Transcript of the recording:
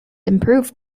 improve